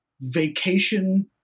vacation –